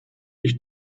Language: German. ich